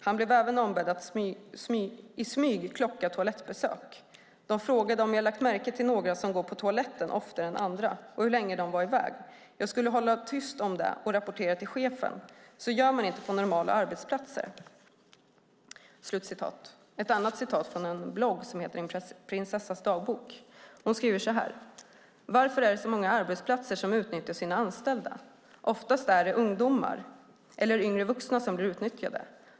Han blev även ombedd att i smyg klocka toalettbesök. - De frågade om jag lagt märke till några som går på toaletten oftare än andra och hur länge de var iväg. Jag skulle hålla tyst om det och rapportera till chefen, så gör man inte på normala arbetsplatser." Ett annat citat kommer från en blogg som heter En prinsessas dagbok . Hon skriver: "Varför är det så många arbetsplatser som utnyttjar sina anställda? Oftast är det ungdomar, eller yngre vuxna som blir utnyttjade.